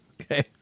Okay